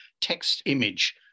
text-image